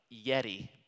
yeti